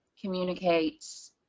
communicates